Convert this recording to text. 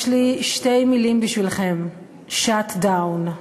יש לי שתי מילים בשבילכם: shutdown.